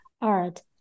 art